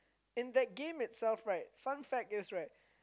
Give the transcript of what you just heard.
in that game itself right fun fact is right